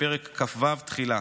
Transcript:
פרק כ"ו, תחילה.